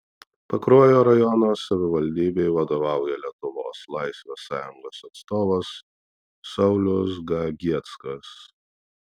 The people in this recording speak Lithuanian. pakruojo rajono savivaldybei vadovauja lietuvos laisvės sąjungos atstovas saulius gegieckas